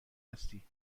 هستی